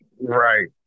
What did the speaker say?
right